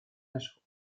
наших